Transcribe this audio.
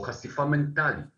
חשיפה מנטלית